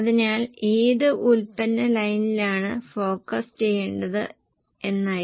അതിനാൽ ഏത് ഉൽപ്പന്ന ലൈനിലാണ് ഫോക്കസ് ചെയ്യേണ്ടത് എന്നായിരുന്നു